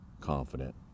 confident